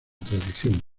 tradición